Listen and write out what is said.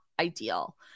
ideal